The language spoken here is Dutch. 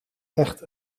echt